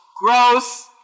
gross